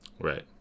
Right